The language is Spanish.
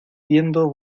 viendo